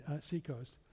Seacoast